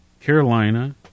Carolina